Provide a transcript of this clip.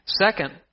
Second